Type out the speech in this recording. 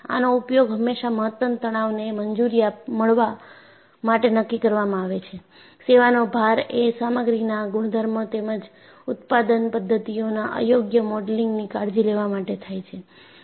આનો ઉપયોગ હંમેશા મહત્તમ તણાવને મંજુરી મળવા માટે નક્કી કરવામાં આવે છે સેવાનો ભારએ સામગ્રીના ગુણધર્મો તેમજ ઉત્પાદન પદ્ધતિઓના અયોગ્ય મોડેલિંગની કાળજી લેવા માટે થાય છે